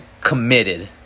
committed